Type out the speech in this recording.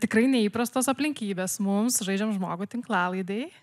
tikrai neįprastos aplinkybės mums žaidžiam žmogų tinklalaidėj